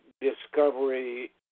discovery